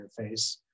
interface